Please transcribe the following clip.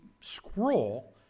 scroll